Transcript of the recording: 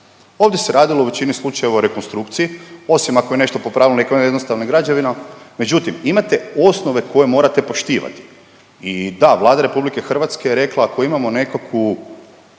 Ovdje se radilo u većini slučajeva o rekonstrukciji osim ako je nešto po Pravilniku o jednostavnim građevinama, međutim imate osnove koje morate poštivati i da Vlada RH je rekla ako imamo nekakvu